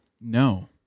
No